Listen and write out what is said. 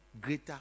greater